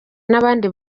n’abandi